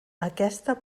aquesta